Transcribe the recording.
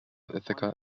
ithaca